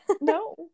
no